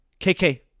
KK